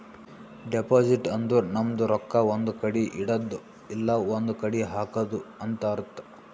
deposit ಅಂದುರ್ ನಮ್ದು ರೊಕ್ಕಾ ಒಂದ್ ಕಡಿ ಇಡದ್ದು ಇಲ್ಲಾ ಒಂದ್ ಕಡಿ ಹಾಕದು ಅಂತ್ ಅರ್ಥ